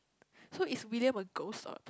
so if William will ghost out